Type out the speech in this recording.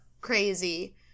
crazy